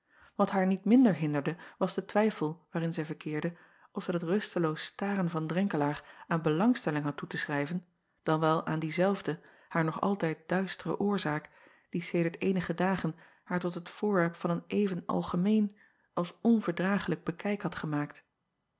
wat haar niet minder hinderde was de twijfel waarin zij verkeerde of zij dat rusteloos staren van renkelaer aan belangstelling had toe te schrijven dan wel aan diezelfde haar nog altijd acob van ennep laasje evenster delen duistere oorzaak die sedert eenige dagen haar tot het voorwerp van een even algemeen als onverdraaglijk bekijk had gemaakt